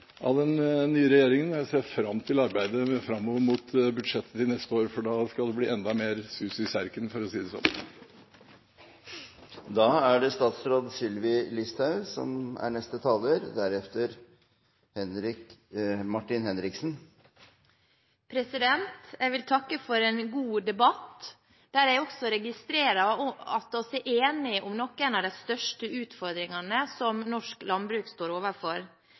av den nye regjeringen, og jeg ser fram til arbeidet framover mot budsjettet til neste år, for da skal det bli enda mer sus i serken, for å si det sånn. Jeg vil takke for en god debatt, der jeg også registrerer at vi er enige om en av de største utfordringene som norsk landbruk står overfor,